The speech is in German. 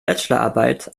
bachelorarbeit